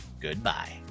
Goodbye